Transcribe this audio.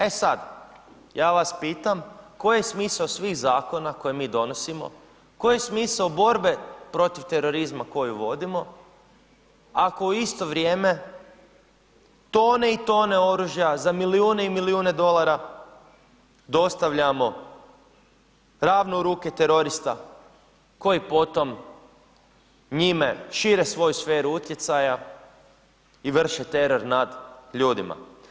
E sad, ja vas pitam koji je smisao svih zakona koje mi donosimo, koji je smisao borbe protiv terorizma koju vodimo ako u isto vrijeme tone i tone oružja za milijune i milijune dolara dostavljamo ravno u ruke terorista koji potom njime šire svoju sferu utjecaja i vrše teror nad ljudima.